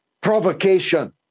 provocation